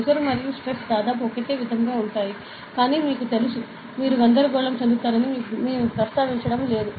pressure మరియు stress దాదాపు ఒకే విధంగా ఉంటాయి కానీ మీకు తెలుసు మీరు గందరగోళం చెందుతారని మేము ప్రస్తావించడం లేదు